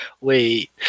wait